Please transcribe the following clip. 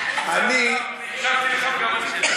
הקשבתי לך וגם רציתי,